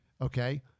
Okay